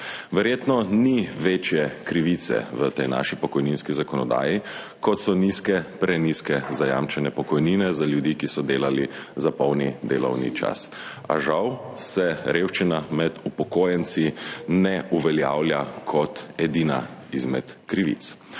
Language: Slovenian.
Verjetno ni večje krivice v tej naši pokojninski zakonodaji kot so nizke, prenizke zajamčene pokojnine za ljudi, ki so delali za polni delovni čas. A žal se revščina med upokojenci ne uveljavlja kot edina izmed krivic,